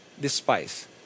despise